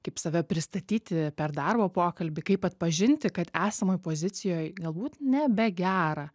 kaip save pristatyti per darbo pokalbį kaip atpažinti kad esamoj pozicijoj galbūt nebegera